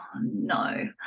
no